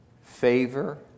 favor